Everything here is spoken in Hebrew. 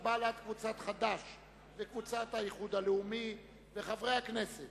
15. חבר הכנסת